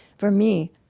for me,